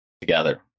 together